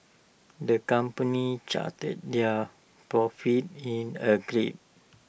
the company charted their profits in A